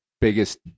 biggest